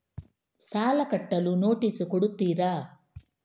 ಸಾಲ ಕಟ್ಟಲು ನೋಟಿಸ್ ಕೊಡುತ್ತೀರ?